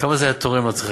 כמה זה היה תורם לצמיחה,